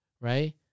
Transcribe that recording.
Right